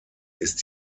ist